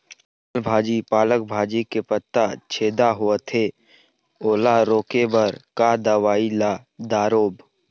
लाल भाजी पालक भाजी के पत्ता छेदा होवथे ओला रोके बर का दवई ला दारोब?